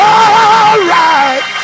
alright